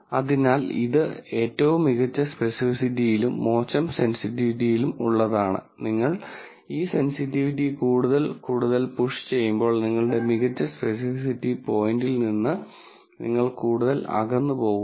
അതിനാൽ ഇത് ഏറ്റവും മികച്ച സ്പെസിസിറ്റിയിലും മോശം സെൻസിറ്റിവിറ്റിയിലും ഉള്ളതാണ് നിങ്ങൾ ഈ സെൻസിറ്റിവിറ്റി കൂടുതൽ കൂടുതൽ പുഷ് ചെയ്യുമ്പോൾ നിങ്ങളുടെ മികച്ച സ്പെസിഫിസിറ്റി പോയിന്റിൽ നിന്ന് നിങ്ങൾ കൂടുതൽ അകന്നു പോകുന്നു